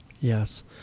yes